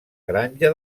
granja